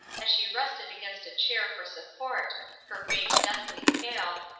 as she rested against a chair for support her face deathly pale,